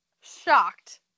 shocked